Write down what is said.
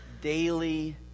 daily